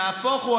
נהפוך הוא,